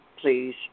please